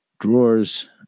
drawers